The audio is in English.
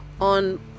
on